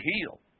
heal